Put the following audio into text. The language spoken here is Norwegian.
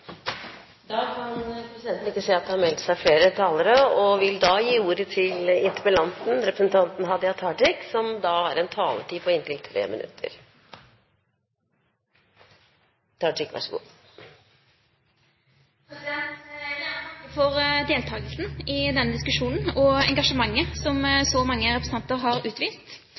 Da kan ikke presidenten se at det har meldt seg flere talere, og hun vil da gi ordet til interpellanten. Jeg vil gjerne takke for deltakelsen i denne diskusjonen, og for engasjementet som så mange representanter har utvist. Jeg er enig med representanten Ropstad i at denne diskusjonen